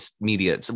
media